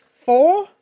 four